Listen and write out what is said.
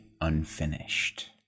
unfinished